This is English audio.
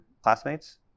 classmates